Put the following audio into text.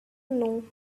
know